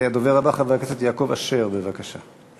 הדובר הבא, חבר הכנסת יעקב אשר, בבקשה.